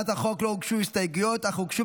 להצעת החוק לא הוגשו הסתייגויות אך הוגשו